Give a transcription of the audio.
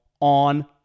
on